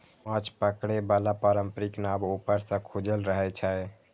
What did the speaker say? माछ पकड़े बला पारंपरिक नाव ऊपर सं खुजल रहै छै